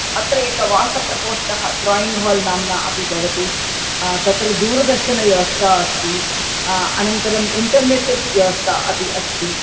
अत्र एकः वासप्रकोष्ठः ड्रायिङ्ग् हाल् नाम्ना अपि भवति तत्र दूरदर्शनव्यवस्था अस्ति अनन्तरम् इण्टर्नेट् व्यवस्था अपि अस्ति